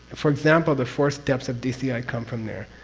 for example, the four steps of dci come from there,